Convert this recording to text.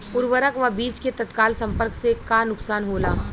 उर्वरक व बीज के तत्काल संपर्क से का नुकसान होला?